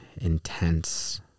intense